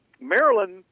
Maryland